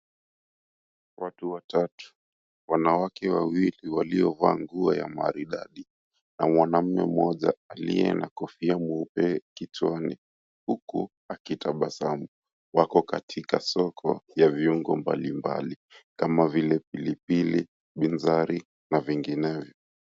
Watu watatu, wanawake wawili waliovaa nguo ya maridadi na mwanaume mmoja aliye na kofia mweupe kichwani huku akiabasamu. Wako katika soko ya viungo mbali mbali kama vile pilipili, binzari na vinginevyo.